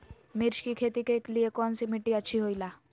मिर्च की खेती के लिए कौन सी मिट्टी अच्छी होईला?